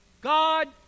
God